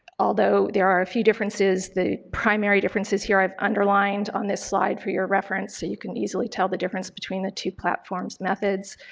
although there are a few differences. the primary differences here i've underlined on this slide for your reference so you can easily tell the difference between the two platforms' methods.